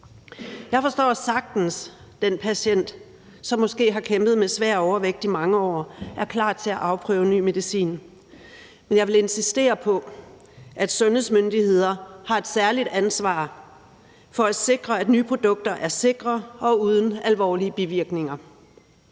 Jeg forstår sagtens den patient, som måske har kæmpet med svær overvægtig i mange år, og som er klar til at afprøve ny medicin. Men jeg vil insistere på, at sundhedsmyndigheder har et særligt ansvar for at sikre, at nye produkter er sikre og uden alvorlige bivirkninger.